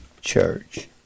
church